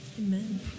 amen